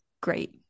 Great